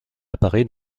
apparaît